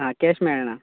आ cash मेळना